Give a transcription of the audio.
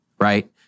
right